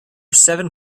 seven